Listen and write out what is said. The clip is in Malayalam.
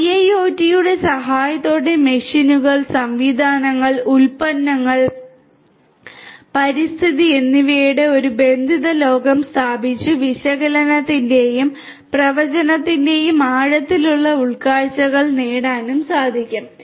IIoT യുടെ സഹായത്തോടെ മെഷീനുകൾ സംവിധാനങ്ങൾ ഉൽപന്നങ്ങൾ പരിസ്ഥിതി എന്നിവയുടെ ഒരു ബന്ധിത ലോകം സ്ഥാപിച്ച് വിശകലനത്തിന്റെയും പ്രവചനത്തിന്റെയും ആഴത്തിലുള്ള ഉൾക്കാഴ്ചകൾ നേടാനും സാധിക്കും